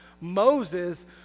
Moses